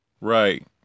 Right